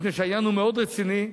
מפני שהעניין הוא מאוד רציני.